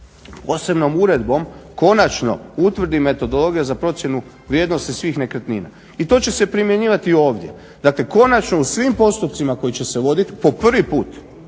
da se posebnom uredbom konačno utvrdi metodologija za procjenu vrijednosti svih nekretnina i to će se primjenjivati ovdje. Dakle konačno u svim postupcima koji će se voditi po prvi put